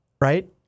right